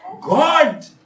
God